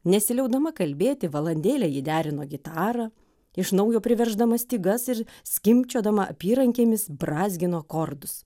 nesiliaudama kalbėti valandėlę ji derino gitarą iš naujo priverždama stygas ir skimbčiodama apyrankėmis brązgino akordus